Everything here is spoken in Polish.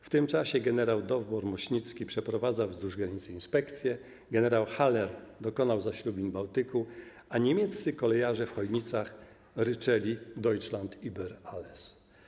W tym czasie gen. Dowbor-Muśnicki przeprowadzał wzdłuż granicy inspekcje, gen. Haller dokonał zaślubin Bałtyku, a niemieccy kolejarze w Chojnicach ryczeli „Deutschland über alles”